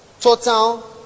total